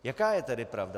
Jaká je tedy pravda?